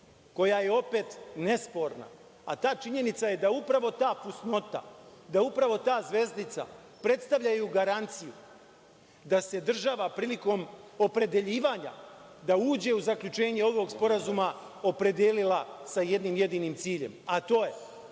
koja je opet nesporna, a ta činjenica je da upravo ta fus nota, da upravo ta zvezdica predstavljaju garanciju, da se država prilikom opredeljivanja da uđe u zaključenje ovog sporazuma opredelila sa jednim jedinim ciljem, a to je